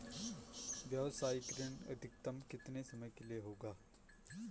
व्यावसायिक ऋण अधिकतम कितने समय के लिए होगा?